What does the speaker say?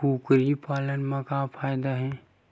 कुकरी पालन म का फ़ायदा हे?